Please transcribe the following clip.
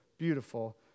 beautiful